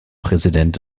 präsident